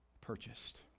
purchased